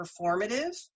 performative